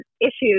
issues